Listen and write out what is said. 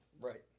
Right